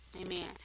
Amen